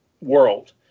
world